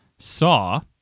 Saw